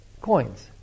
coins